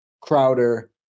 Crowder